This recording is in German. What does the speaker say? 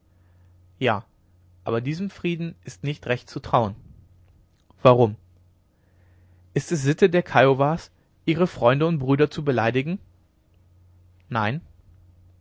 ja aber diesem frieden ist nicht recht zu trauen warum ist es sitte der kiowas ihre freunde und brüder zu beleidigen nein